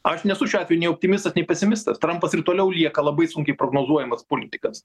aš nesu šiuo atveju nei optimistas nei pesimistas trampas ir toliau lieka labai sunkiai prognozuojamas politikas